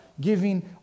giving